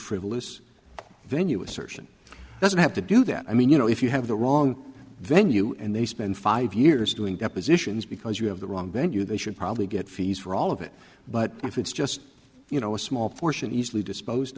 frivolous venue assertion doesn't have to do that i mean you know if you have the wrong venue and they spend five years doing depositions because you have the wrong venue they should probably get fees for all of it but if it's just you know a small portion easily disposed